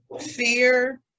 fear